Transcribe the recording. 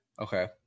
Okay